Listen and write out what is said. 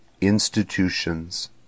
institutions